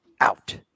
out